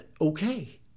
okay